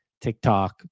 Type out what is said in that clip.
TikTok